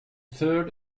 third